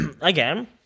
Again